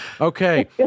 Okay